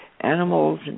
animals